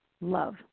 love